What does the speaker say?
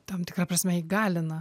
tam tikra prasme įgalina